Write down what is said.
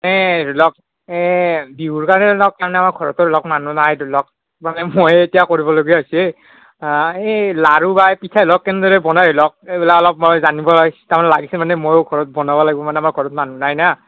ধৰি লওক বিহুত কাৰণে ধৰি লওক মানে ঘৰতো ধৰি লওক মানুহ নাই ধৰি লওক মানে ময়ে এতিয়া কৰিব লগা হৈছে এই লাড়ু বা পিঠাবোৰ কেনেদৰে বনাই ধৰি লওক এইবিলাক অলপ মই জানিব তাৰমানে লাগিছে মানে ময়ো ঘৰত বনাব লাগিব মানে আমাৰ ঘৰত মানুহ নাই না